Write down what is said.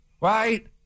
Right